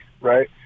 right